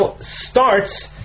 starts